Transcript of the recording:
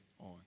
on